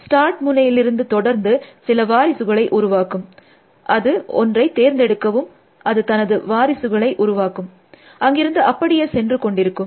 start முனையிலிருந்து தொடர்ந்து சில வாரிசுகளை உருவாக்கும் அது ஒன்றை தேர்ந்தெடுக்கவும் அது தனது வாரிசுகளை உருவாக்கும் அங்கிருந்து அப்படியே சென்று கொண்டிருக்கும்